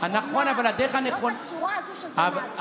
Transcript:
לא בצורה הזו שזה נעשה.